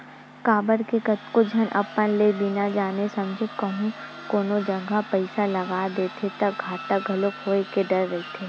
काबर के कतको झन अपन ले बिना जाने समझे कहूँ कोनो जगा पइसा लगा देथे ता घाटा घलो होय के डर रहिथे